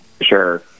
Sure